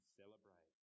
celebrate